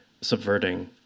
subverting